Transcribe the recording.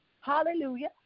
hallelujah